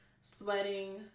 sweating